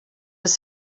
was